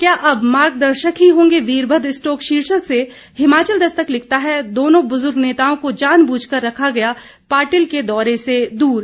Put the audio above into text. क्या अब मार्गदर्शक ही होंगे वीरमद्र स्टोक्स शीर्षक से हिमाचल दस्तक लिखता है दोनों बुजुर्ग नेताओं को जान बूझकर रखा गया पाटिल के दौरे से दूर